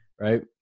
right